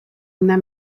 una